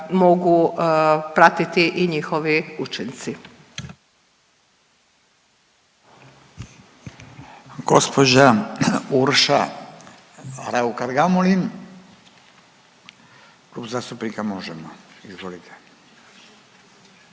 mogu pratiti i njihovi učinci.